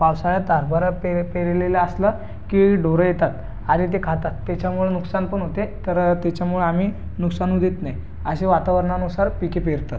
पावसाळ्यात हरभरा पेर पेरलेला असला की ढोरं येतात आणि ते खातात त्याच्यामुळं नुकसान पण होते तर त्याच्यामुळे आम्ही नुकसान होऊ देत नाही असे वातावरणानुसार पिके पेरतात